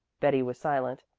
betty was silent.